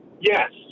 Yes